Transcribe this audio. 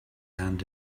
and